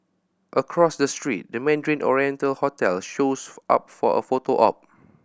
across the street the Mandarin Oriental hotel shows up for a photo op